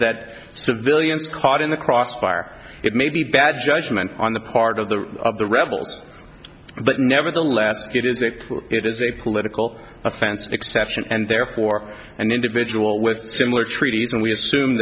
that civilians caught in the crossfire it may be bad judgment on the part of the of the rebels but nevertheless it is a it is a political offense exception and therefore an individual with similar treaties and we assume